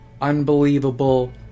unbelievable